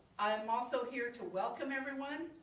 i am also here to welcome everyone